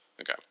Okay